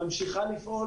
ממשיכה לפעול.